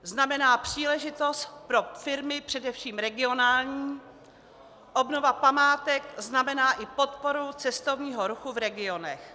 Znamená příležitost pro firmy, především regionální, obnova památek znamená i podporu cestovního ruchu v regionech.